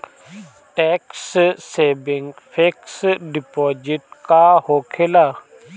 Tax saving fix deposit का होखे ला?